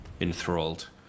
enthralled